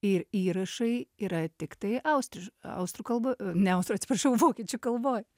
ir įrašai yra tiktai austriš austrų kalba ne austrų atsiprašau vokiečių kalboj